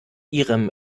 ihrem